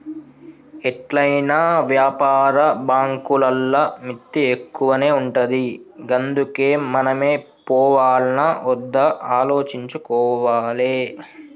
ఎట్లైనా వ్యాపార బాంకులల్ల మిత్తి ఎక్కువనే ఉంటది గందుకే మనమే పోవాల్నా ఒద్దా ఆలోచించుకోవాలె